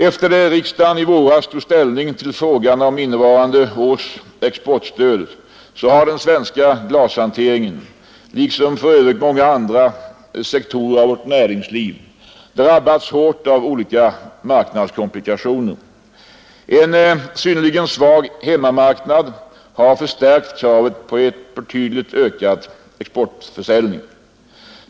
Efter det att riksdagen i våras tog ställning till frågan om innevarande års exportstöd har den svenska glashanteringen — liksom för övrigt många andra sektorer av vårt näringsliv — drabbats hårt av olika marknadskomplikationer. En synnerligen svag hemmamarknad har förstärkt kravet på en betydligt ökad exportförsäljning.